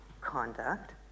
conduct